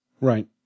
Right